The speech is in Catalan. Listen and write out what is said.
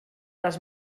les